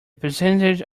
percentage